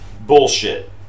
bullshit